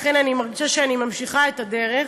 לכן אני מרגישה שאני ממשיכה את הדרך.